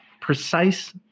precise